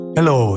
Hello